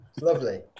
Lovely